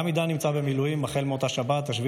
גם עידן נמצא במילואים החל מאותה שבת ה-7